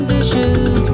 Dishes